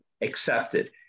accepted